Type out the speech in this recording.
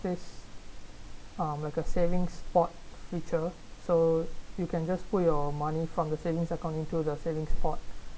this um like a saving spot feature so you can just put your money from the savings according to the filling spot